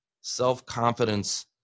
self-confidence